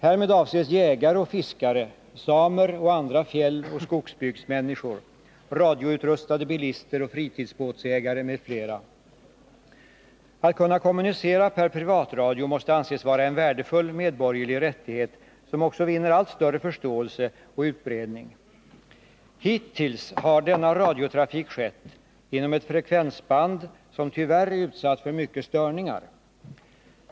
Härmed avses jägare och fiskare, samer och andra fjälloch skogsbygdsmänniskor, radioutrustade bilister och fritidsbåtägare, m.fl. Att kunna kommunicera per privatradio måste anses vara en värdefull medborgerlig rättighet, och denna typ av kommunikation vinner också allt större förståelse och utbredning. Hittills har denna radiotrafik skett inom ett frekvensband som tyvärr är utsatt för mycket störningar.